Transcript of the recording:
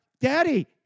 Daddy